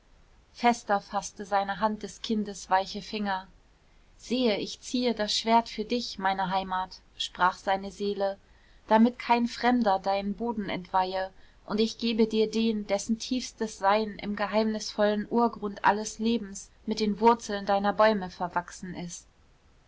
fester faßte seine hand des kindes weiche finger siehe ich ziehe das schwert für dich meine heimat sprach seine seele damit kein fremder deinen boden entweihe und ich gebe dir den dessen tiefstes sein im geheimnisvollen urgrund allen lebens mit den wurzeln deiner bäume verwachsen ist